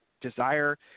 desire